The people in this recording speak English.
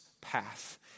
Path